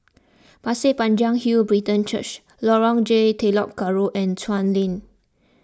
Pasir Panjang Hill Brethren Church Lorong J Telok Kurau and Chuan Lane